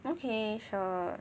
okay sure